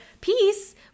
peace